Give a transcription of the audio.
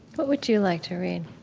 what would you like to read?